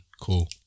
Cool